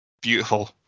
Beautiful